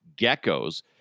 geckos